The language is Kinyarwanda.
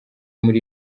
muri